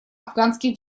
афганских